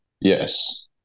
Yes